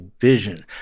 vision